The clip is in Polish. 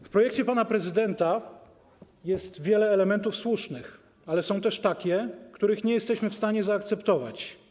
W projekcie pana prezydenta jest wiele elementów słusznych, ale są też takie, których nie jesteśmy w stanie zaakceptować.